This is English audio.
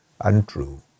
untrue